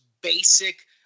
basic